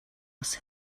was